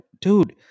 dude